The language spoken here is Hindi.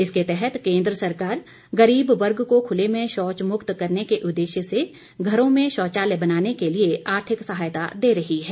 इसके तहत केन्द्र सरकार गरीब वर्ग को खुले में शौच मुक्त करने के उद्देश्य से घरों में शौचालय बनाने के लिए आर्थिक सहायता दे रही है